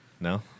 No